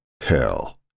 Hell